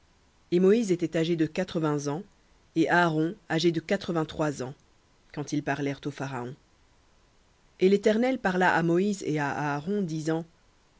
et moïse était âgé de quatre-vingts ans et aaron âgé de quatre-vingt-trois ans quand ils parlèrent au pharaon et l'éternel parla à moïse et à aaron disant